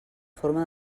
forma